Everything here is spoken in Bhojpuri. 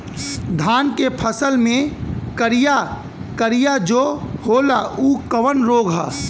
धान के फसल मे करिया करिया जो होला ऊ कवन रोग ह?